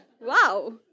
Wow